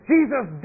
Jesus